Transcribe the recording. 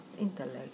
intellect